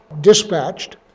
dispatched